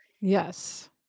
Yes